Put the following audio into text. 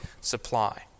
supply